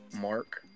mark